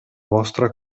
vostra